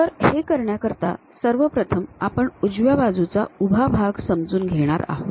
तर हे करण्याकरिता सर्वप्रथम आपण उजव्या बाजूचा उभा भाग समजून घेणार आहोत